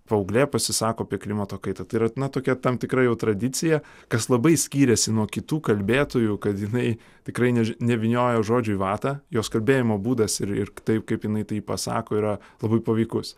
paauglė pasisako apie klimato kaitą tai yra na tokia tam tikra jau tradicija kas labai skyrėsi nuo kitų kalbėtojų kad jinai tikrai ne nevyniojo žodžių į vatą jos kalbėjimo būdas ir taip kaip jinai tai pasako yra labai paveikus